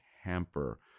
hamper